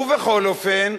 ובכל אופן,